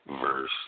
verse